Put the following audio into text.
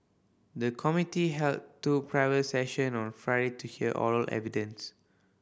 the committee held two private session on Friday to hear oral evidence